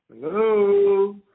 Hello